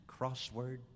crossword